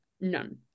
None